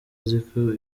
aziko